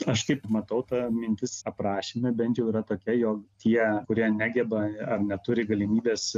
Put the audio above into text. aš kaip matau ta mintis aprašyme bent jau yra tokia jog tie kurie negeba ar neturi galimybės